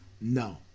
No